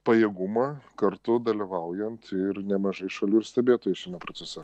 pajėgumą kartu dalyvaujant ir nemažai šalių ir stebėtojų šiame procese